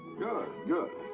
good, good.